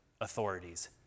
authorities